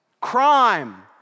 crime